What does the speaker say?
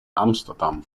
amsterdam